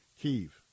Kiev